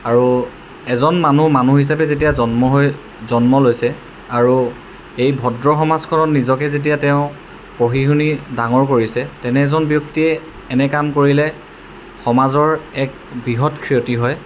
আৰু এজন মানুহ মানুহ হিচাপে যেতিয়া জন্ম হৈ জন্ম লৈছে আৰু এই ভদ্ৰ সমাজখনত নিজকে যেতিয়া তেওঁ পঢ়ি শুনি ডাঙৰ কৰিছে তেনে এজন ব্যক্তিয়ে এনে কাম কৰিলে সমাজৰ এক বৃহৎ ক্ষতি হয়